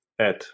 add